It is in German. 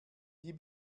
die